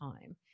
time